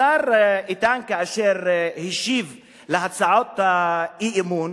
השר איתן, כאשר השיב להצעות האי-אמון,